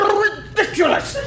ridiculous